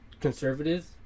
conservatives